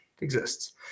exists